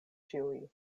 ĉiuj